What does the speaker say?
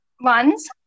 ones